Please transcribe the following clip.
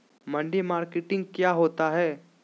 मंडी मार्केटिंग क्या होता है?